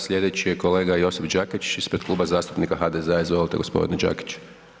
Sljedeći je kolega Josip Đakić ispred Kluba zastupnika HDZ-a, izvolite g. Đakić.